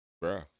Bro